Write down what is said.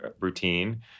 routine